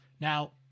Now